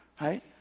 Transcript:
Right